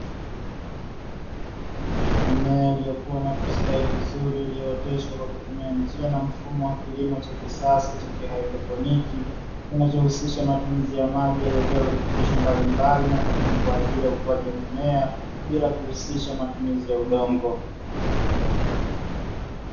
Mimea iliyokuwa na kustawi vizuri iliyooteshwa kwa kutumia njia na mfumo wa kilimo cha kisasa cha kihaidroponi; kinachohusisha matumizi ya maji yaliyotoa virutubisho mbalimbali muhimu kwaajili ya mmea bila kuhusisha matumizi ya udongo.